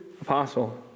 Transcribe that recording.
apostle